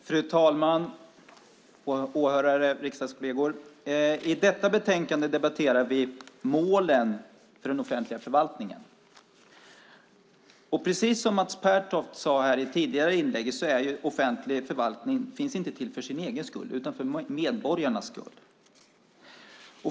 Fru talman, åhörare, riksdagskolleger! I samband med detta betänkande debatterar vi målen för offentlig förvaltning. Precis som Mats Pertoft sagt i ett tidigare inlägg här finns inte offentlig förvaltning till för sin egen skull utan för medborgarnas skull.